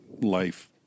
life